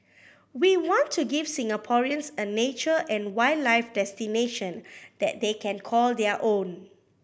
we want to give Singaporeans a nature and wildlife destination that they can call their own